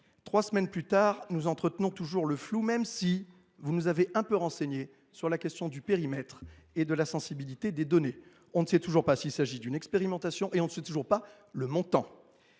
Trois semaines plus tard, vous entretenez toujours le flou, même si vous nous avez un peu renseignés sur le périmètre et la sensibilité des données. Nous ne savons toujours pas s’il s’agit d’une expérimentation et nous ne connaissons pas le montant